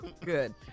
Good